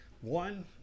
One